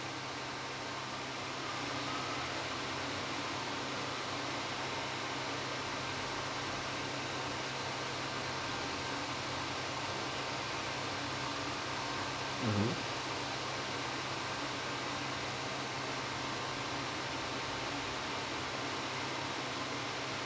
mmhmm